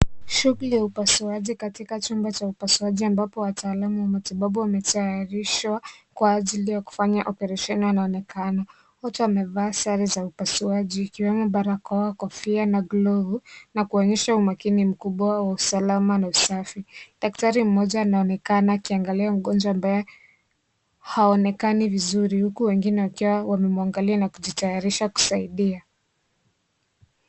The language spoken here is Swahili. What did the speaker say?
Shughuli ya upasuaji katika chumba cha upasuaji. Ambapo wataalamu wa matibabu wametayarishwa kwa ajili ya kufanya operesheni wanaonekana. Wote wamevaa sare za upasuaji ikiwemo barakoa, kofia na glovu na kuonyesha umakini mkubwa wa usalama na usafi. Daktari mmoja anaonekana akiangalia mgonjwa ambaye haonekani vizuri huku wengine wakiwa wamemwangalia na kujitayarisha kusaidia.